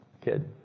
kid